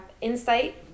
insight